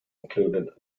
included